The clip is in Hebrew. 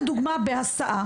לדוגמה,